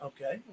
Okay